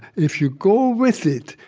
if you go with it,